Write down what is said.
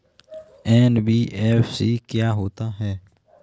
NBFC क्या होता है?